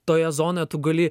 toje zonoje tu gali